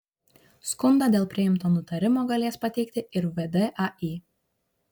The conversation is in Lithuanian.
skundą dėl priimto nutarimo galės pateikti ir vdai